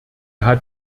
hat